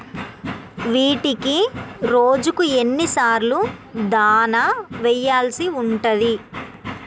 వీటికి రోజుకు ఎన్ని సార్లు దాణా వెయ్యాల్సి ఉంటది?